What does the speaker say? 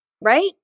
right